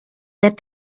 that